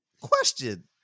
Question